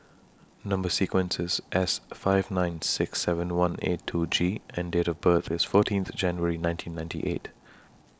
Number sequence IS S five nine six seven one eight two G and Date of birth IS fourteenth January nineteen ninety eight